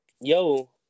Yo